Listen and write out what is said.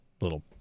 little